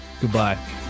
goodbye